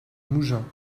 mougins